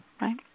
right